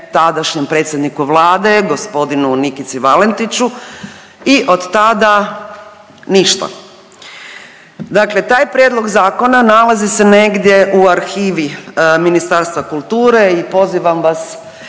tadašnjem predsjedniku Vlade gospodinu Nikici Valentiću i od tada ništa. Dakle taj prijedlog zakona nalazi se negdje u arhivi Ministarstva kulture i pozivam vas